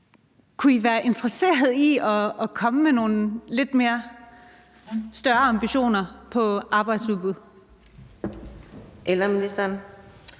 Kunne I være interesseret i at komme med nogle lidt større ambitioner i forhold til arbejdsudbud?